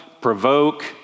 provoke